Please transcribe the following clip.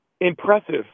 impressive